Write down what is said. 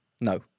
No